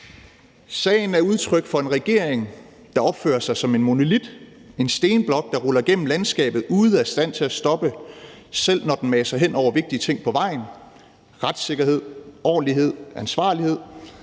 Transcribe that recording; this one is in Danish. »Den er udtryk for en regering, der opfører sig som en monolit, en stenblok, der ruller gennem landskabet ude af stand til at stoppe, selv når den maser hen over vigtige ting på vejen: retssikkerhed, ordentlighed, ansvarlighed.